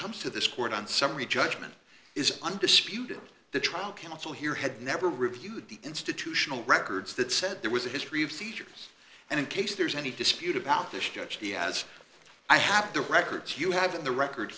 comes to this court on summary judgment is undisputed the trial counsel here had never reviewed the institutional records that said there was a history of seizures and in case there's any dispute about this judge diaz i have the records you have in the record